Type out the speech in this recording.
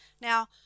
Now